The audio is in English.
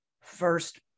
first